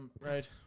Right